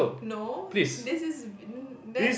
no this is